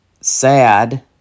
sad